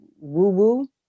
woo-woo